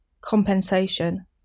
compensation